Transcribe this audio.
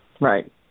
Right